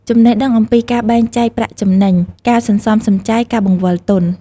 ចំណេះដឹងអំពីការបែងចែកប្រាក់ចំណេញ ការសន្សំសំចៃ ការបង្វិលទុន។